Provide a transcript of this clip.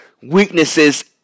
weaknesses